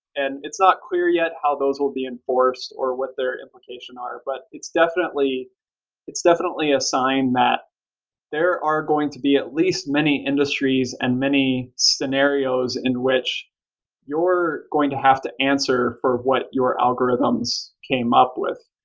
and it's not clear yet how those those will be enforced or what their implication are, but it's definitely it's definitely a sign that there are going to be at least many industries and many scenarios in which you're going to have to answer for what your algorithms came up with,